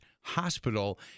Hospital